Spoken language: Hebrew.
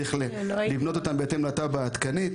צריך לבנות אותם בהתאם לתב"ע העדכנית.